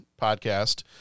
podcast